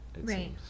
Right